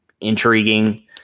intriguing